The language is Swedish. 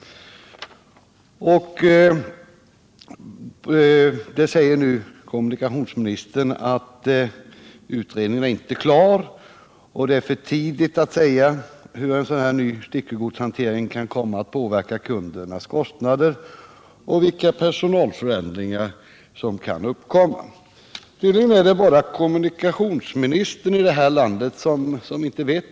Nu framhåller kommunikationsministern att utredningen inte är klar och att det är för tidigt att säga hur en ny styckegodshantering kan komma att påverka kundernas kostnader och vilka personalförändringar som kan uppkomma. Det är i vårt land tydligen bara kommunikationsministern som inte vet vad följderna blir i dessa avseenden.